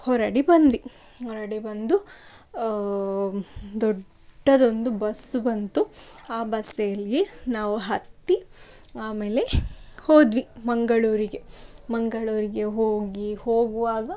ಹೊರಡಿ ಬಂದ್ವಿ ಹೊರಡಿ ಬಂದು ದೊಡ್ಡದೊಂದು ಬಸ್ಸು ಬಂತು ಆ ಬಸ್ಸಲ್ಲಿ ನಾವು ಹತ್ತಿ ಆಮೇಲೆ ಹೋದ್ವಿ ಮಂಗಳೂರಿಗೆ ಮಂಗಳೂರಿಗೆ ಹೋಗಿ ಹೋಗುವಾಗ